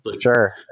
Sure